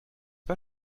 pas